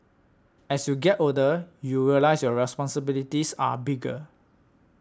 as you get older you realise your responsibilities are bigger